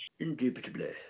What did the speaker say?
Indubitably